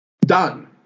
done